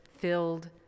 filled